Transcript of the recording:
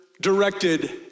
directed